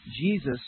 Jesus